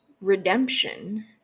redemption